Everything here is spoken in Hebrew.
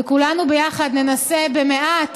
וכולנו ביחד ננסה במעט